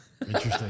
Interesting